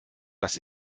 das